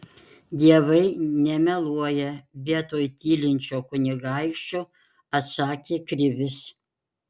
dievai nemeluoja vietoj tylinčio kunigaikščio atsakė krivis